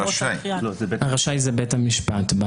רשאי רשאי, זה בית המשפט.